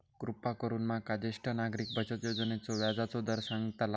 कृपा करून माका ज्येष्ठ नागरिक बचत योजनेचो व्याजचो दर सांगताल